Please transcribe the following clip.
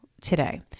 today